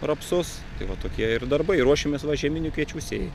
rapsus tai va tokie ir darbai ruošimės va žieminių kviečių sėjai